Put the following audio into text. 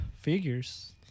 figures